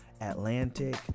Atlantic